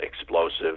explosive